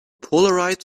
polarized